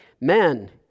Men